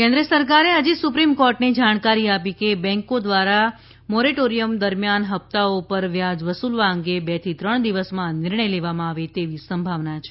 loan કેન્દ્ર સરકારે આજે સુપ્રીમ કોર્ટને જાણકારી આપી કે બેંકો દ્વારા મોરેટોરિયમ દરમિયાન હપ્તાઓ પર વ્યાજ વસૂલવા અંગે બેથી ત્રણ દિવસમાં નિર્ણય લેવામાં આવે તેવી સંભાવના છે